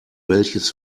welches